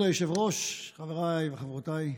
כבוד היושב-ראש, חבריי וחברותיי בכנסת,